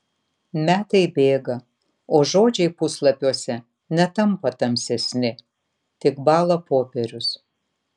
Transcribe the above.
metai bėga o žodžiai puslapiuose netampa tamsesni tik bąla popierius